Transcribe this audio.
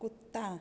कुत्ता